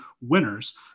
winners